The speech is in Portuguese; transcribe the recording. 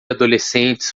adolescentes